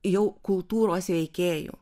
jau kultūros veikėjų